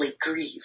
grieve